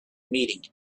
meeting